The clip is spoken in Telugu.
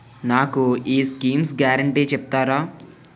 నాకు ఈ స్కీమ్స్ గ్యారంటీ చెప్తారా?